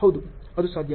ಹೌದು ಅದು ಸಾಧ್ಯ